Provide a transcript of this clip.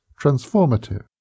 transformative